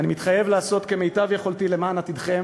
אני מתחייב לעשות כמיטב יכולתי למען עתידכן,